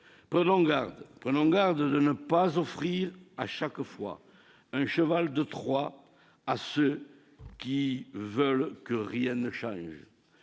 Prenons garde de ne pas offrir un cheval de Troie à ceux qui veulent que rien ne change.